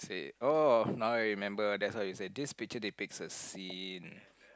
oh now I remember that's why you say this picture depicts a scene